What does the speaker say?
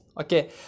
okay